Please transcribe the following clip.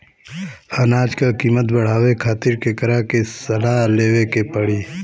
अनाज क कीमत बढ़ावे खातिर केकरा से सलाह लेवे के पड़ी?